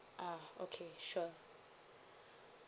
a'ah okay sure